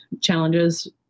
challenges